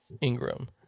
Ingram